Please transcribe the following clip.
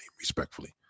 respectfully